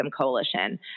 Coalition